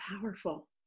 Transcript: powerful